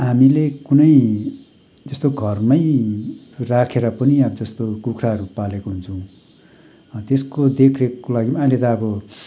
हामीले कुनै त्यस्तो घरमै राखेर पनि अब जस्तो कुख्राहरू पालेका हुन्छौँ त्यसको देखरेखको लागि पनि अहिले त अब